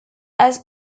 has